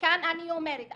וכאן אני אומרת,